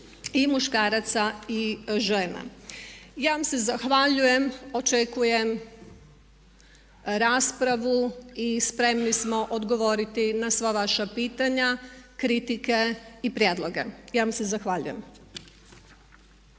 i muškaraca i žena. Ja vam se zahvaljujem, očekujem raspravu i spremni smo odgovoriti na sva vaša pitanja kritike i prijedloge. Ja vam se zahvaljujem.